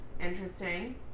Interesting